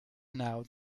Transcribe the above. now